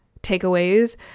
takeaways